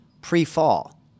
pre-fall